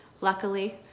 luckily